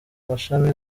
mashami